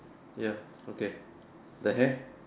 ya okay the hair